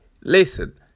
listen